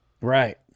Right